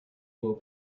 will